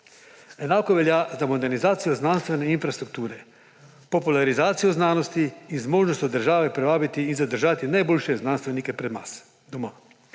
Enako velja za modernizacijo znanstvene infrastrukture, popularizacijo znanosti in zmožnost države privabiti in zadržati najboljše znanstvenike pri nas